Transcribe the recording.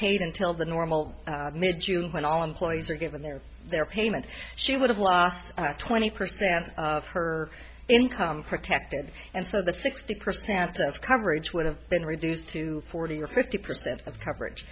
paid until the normal mid june when all employees were given their their payment she would have lost twenty percent of her income protected and so the sixty percent of coverage would have been reduced to forty or fifty percent of coverage